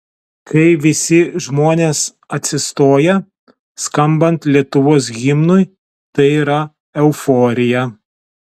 kai visi žmonės atsistoja skambant lietuvos himnui tai yra euforija